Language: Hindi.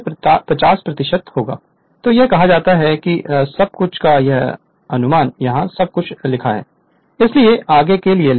जिस पावर फैक्टर पर मोटर फुल लोड पर काम करती है वह लाइट लोड पर लगभग 08 है जो कि छोटा 2 'है मशीन पावर फैक्टर बहुत कम है